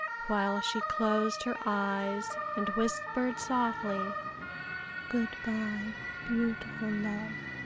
while she closed her eyes and whispered softly good-by, beautiful love,